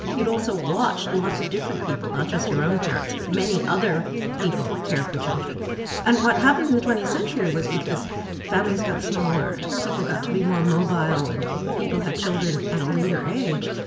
you'd also watched lots of different people not just your own parents but many other people care for children and what happened in the twentieth century was because families got smaller, and people got to be more mobile, and people had children at a later age,